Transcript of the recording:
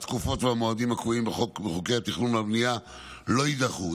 התקופות והמועדים הקבועים בחוקי התכנון והבנייה לא יידחו.